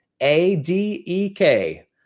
A-D-E-K